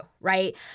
right